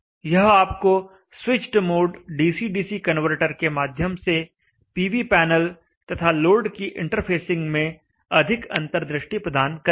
यह आपको switched mode DC DC converter के माध्यम से पीवी पैनल तथा लोड की इंटरफेसिंग में अधिक अंतर्दृष्टि प्रदान करेगा